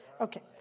Okay